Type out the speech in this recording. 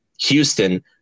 Houston